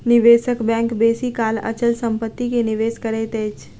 निवेशक बैंक बेसी काल अचल संपत्ति में निवेश करैत अछि